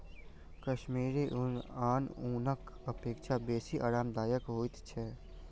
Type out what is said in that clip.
कश्मीरी ऊन आन ऊनक अपेक्षा बेसी आरामदायक होइत छै